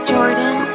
Jordan